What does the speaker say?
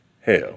Hell